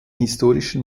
historischen